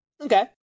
Okay